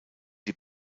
die